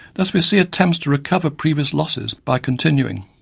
thus we see attempts to recover previous losses by continuing,